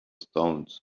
stones